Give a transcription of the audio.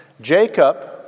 Jacob